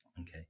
okay